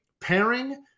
pairing